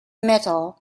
metal